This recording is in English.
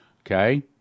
Okay